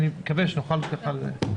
הישיבה נעולה.